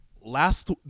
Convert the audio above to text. last